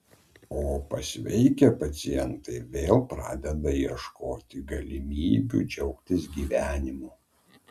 o pasveikę pacientai vėl pradeda ieškoti galimybių džiaugtis gyvenimu